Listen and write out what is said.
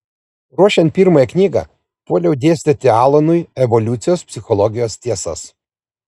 rašant pirmąją knygą puoliau dėstyti alanui evoliucijos psichologijos tiesas